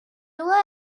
lois